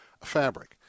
fabric